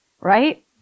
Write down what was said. right